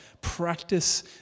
Practice